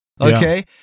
Okay